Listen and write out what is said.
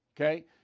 Okay